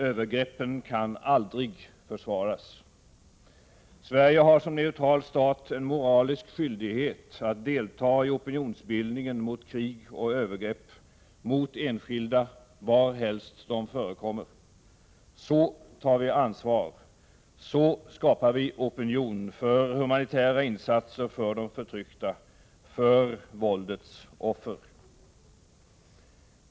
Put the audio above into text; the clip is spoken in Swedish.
Övergreppen kan aldrig försvaras. Sverige har som neutral stat en moralisk skyldighet att delta i opinionsbildningen mot krig och övergrepp mot enskilda varhelst de förekommer. Så tar vi ansvar och så skapar vi opinion för humanitära insatser för de förtryckta, för våldets offer.